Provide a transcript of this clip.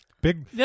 big